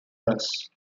less